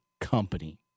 company